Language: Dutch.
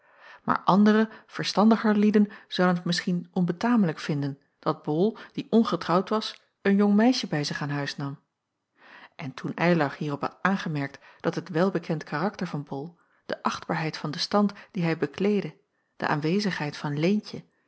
maar andere verstandiger lieden zouden t misschien onbetamelijk vinden dat bol die ongetrouwd was een jong meisje bij zich aan huis nam en toen eylar hierop had aangemerkt dat het welbekend karakter van bol de achtbaarheid van den stand dien hij bekleedde de aanwezigheid van leentje